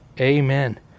Amen